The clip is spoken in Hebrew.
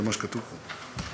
זה מה שכתוב פה.